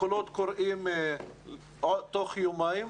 קולות קוראים תוך יומיים.